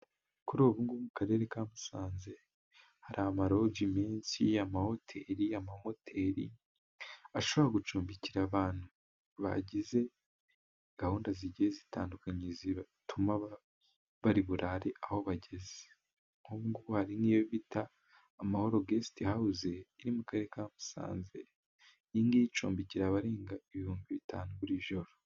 Kuri ubu ngubu mu karere ka Musanze hari amaloji menshi amahoteli amamoteri, ashobora gucumbikira abantu bagize gahunda zigiye zitandukanye, zituma bari burare aho bageze. Nk'ubu ngubu hari nk'iyo bita amahoro gest hawuse iri mu karere ka Musanze, Iyi ngiyi icumbikira abarenga ibihumbi bitanu buri joro.